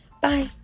Bye